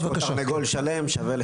תרנגול שלם, שווה לחכות לו.